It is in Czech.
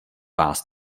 vás